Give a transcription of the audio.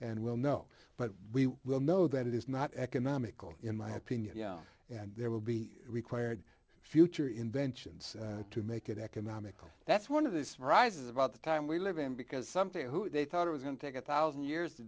and will know but we will know that it is not economical in my opinion yeah and there will be required future inventions to make it economically that's one of the surprises about the time we live in because something who they thought it was going to take a one thousand years to